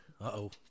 Uh-oh